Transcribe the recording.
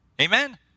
Amen